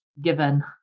given